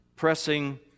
pressing